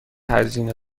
هزینه